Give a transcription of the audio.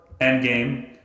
Endgame